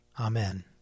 Amen